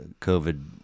COVID